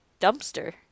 dumpster